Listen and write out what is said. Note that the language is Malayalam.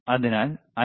അതിനാൽ 5